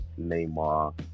Neymar